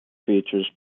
features